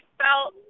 felt